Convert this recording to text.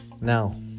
now